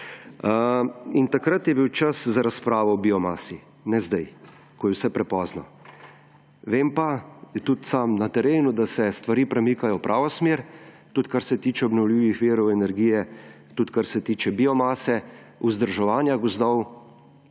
In takrat je bil čas za razpravo o biomasi, ne zdaj, ko je vse prepozno. Vem pa tudi sam, da se na terenu stvari premikajo v pravo smer, tudi kar se tiče obnovljivih virov energije, tudi kar se tiče biomase, vzdrževanja gozdov,